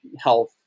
health